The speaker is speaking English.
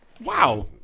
Wow